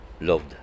loved